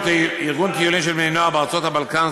טיולים של בני-נוער בארצות הבלקן,